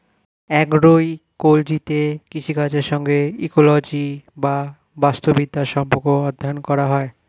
অ্যাগ্রোইকোলজিতে কৃষিকাজের সঙ্গে ইকোলজি বা বাস্তুবিদ্যার সম্পর্ক অধ্যয়ন করা হয়